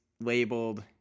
labeled